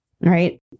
right